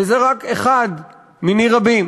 וזה רק אחד מני רבים.